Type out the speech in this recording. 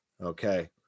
okay